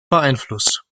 beeinflusst